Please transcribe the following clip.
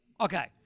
Okay